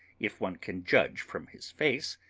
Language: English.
if one can judge from his face,